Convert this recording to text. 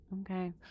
Okay